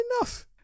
enough